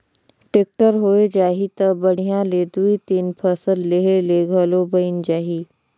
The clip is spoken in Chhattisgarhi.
टेक्टर होए जाही त बड़िहा ले दुइ तीन फसल लेहे ले घलो बइन जाही